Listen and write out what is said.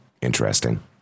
Interesting